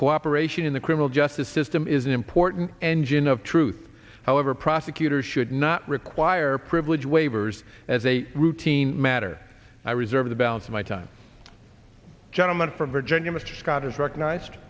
cooperation in the criminal justice system is an important engine of truth however a prosecutor should not require privilege waivers as a routine matter i reserve the balance of my time gentleman from virginia mr scott is recognized